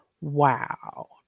Wow